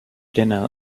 dinner